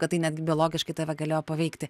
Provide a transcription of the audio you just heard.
kad tai netgi biologiškai tave galėjo paveikti